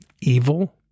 evil